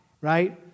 right